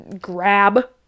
grab